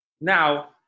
now